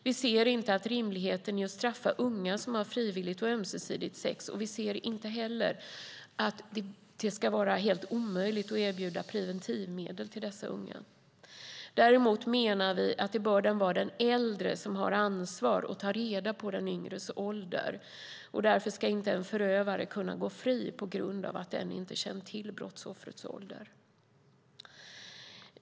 Vi ser inte rimligheten i att straffa unga som har frivilligt och ömsesidigt sex eller i att det ska vara helt omöjligt att erbjuda preventivmedel till dessa unga. Däremot menar vi att det bör vara den äldre som har ansvar att ta reda på den yngres ålder, och därför ska inte en förövare kunna gå fri på grund av att denne inte känt till brottsoffrets ålder.